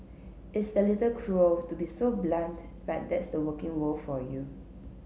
it's a little cruel to be so blunt but that's the working world for you